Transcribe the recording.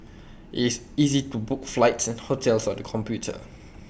IT is easy to book flights and hotels on the computer